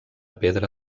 pedra